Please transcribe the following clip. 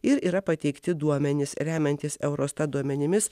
ir yra pateikti duomenys remiantis eurostat duomenimis